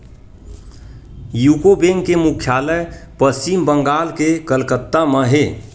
UCO bank के मुख्यालय पस्चिम बंगाल के कलकत्ता म हे